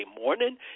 morning